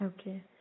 Okay